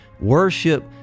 worship